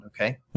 okay